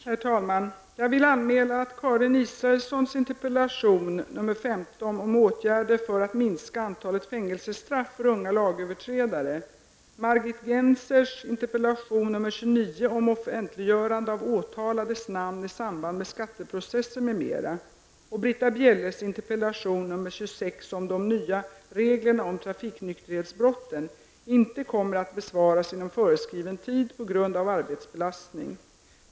Herr talman! Jag vill anmäla att Karin Israelssons interpellation 15 om åtgärder för att minska antalet fängelsestraff för unga lagöverträdare, Margit Gennsers interpellation 29 om offentliggörande av åtalades namn i samband med skatteprocesser m.m. och Britta Bjelles interpellation 26 om de nya reglerna om trafiknykterhetsbrotten inte kommer att besvaras inom föreskriven tid på grund av arbetsbelastning.